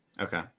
Okay